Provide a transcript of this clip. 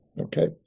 Okay